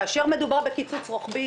כאשר מדובר על קיצוץ רוחבי,